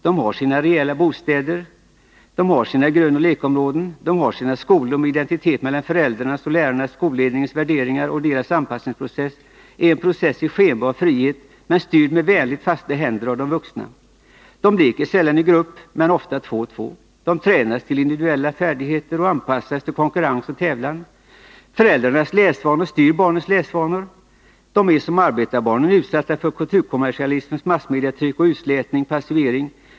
De har sina rejäla bostäder, de har sina grönoch lekområden, de har sina skolor med identitet mellan föräldrarnas och lärarnas-skolledningens värderingar, och deras anpassningsprocess är en process i skenbar frihet, men styrd med vänligt fasta händer av de vuxna. De leker sällan i grupp, men ofta två och två. De tränas till individuella färdigheter och anpassas till konkurrens och tävlan. Föräldrarnas läsvanor styr barnens läsvanor. De är som arbetarbarnen utsatta för kulturkommersialismens massmediatryck och utslätning passivering.